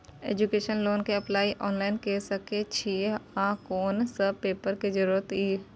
Education loan के apply online के सके छिए आ कोन सब पेपर के जरूरत इ?